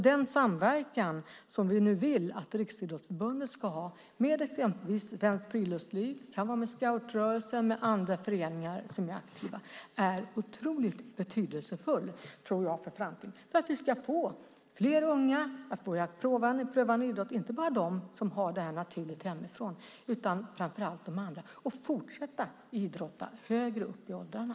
Den samverkan som vi nu vill att Riksidrottsförbundet ska ha med exempelvis svenskt friluftsliv, scoutrörelsen eller andra föreningar som är aktiva är otroligt betydelsefull för framtiden för att vi ska få fler unga att börja pröva en idrott, inte bara de som har det naturligt hemifrån utan framför allt de andra, och fortsätta idrotta högre upp i åldrarna.